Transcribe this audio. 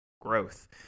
growth